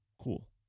Cool